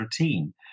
routine